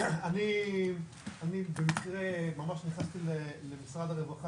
אני במקרה ממש נכנסתי למשרד הרווחה